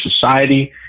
society